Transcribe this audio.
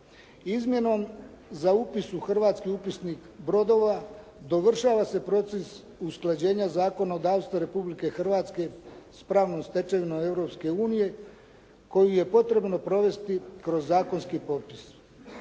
Izmjenom za upis u hrvatski upisnik brodova, dovršava se proces usklađenja zakonodavstva Republike Hrvatske s pravnom stečevinom Europske unije koji je potrebno provesti kroz zakonski propis.